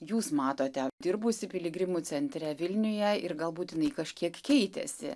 jūs matote dirbusi piligrimų centre vilniuje ir galbūt jinai kažkiek keitėsi